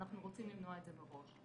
ואנחנו רוצים למנוע את זה מראש.